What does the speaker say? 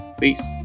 Peace